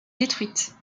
détruite